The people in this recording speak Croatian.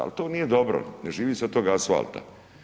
Ali, to nije dobro, ne živi se od tog asfalta.